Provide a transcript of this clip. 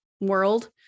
world